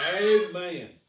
Amen